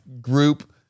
group